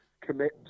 commit